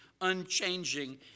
unchanging